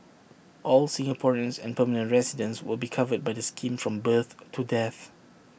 all Singaporeans and permanent residents will be covered by the scheme from birth to death